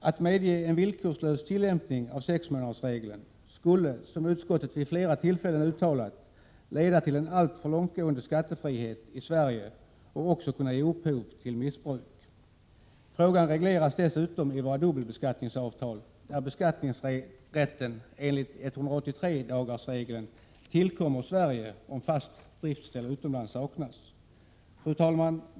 Att medge en villkorslös tillämpning av sexmånadersregeln skulle, som utskottet vid flera tillfällen uttalat, leda till en alltför långtgående skattefrihet i Sverige och också kunna ge upphov till missbruk. Frågan regleras dessutom i våra dubbelbeskattningsavtal, där beskattningsrätten enligt 183-dagarsregeln tillkommer Sverige om fast driftställe utomlands saknas. Fru talman!